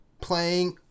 playing